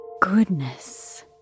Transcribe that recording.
Goodness